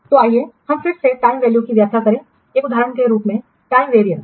तो आइए हम फिर से इस टाइम वैल्यू की व्याख्या करें एक उदाहरण के रूप में टाइम वेरियंस